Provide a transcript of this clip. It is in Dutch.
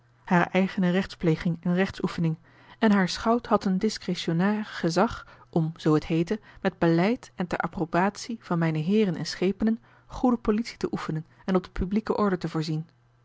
hare eigene rechtspleging en rechtsoefening en haar schout had een discretionair gezag om zoo het heette met beleid en ter approbatie van mijne heeren en schepenen goede politie te oefenen en op de publieke orde te voorzien